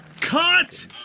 Cut